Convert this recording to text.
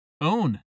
own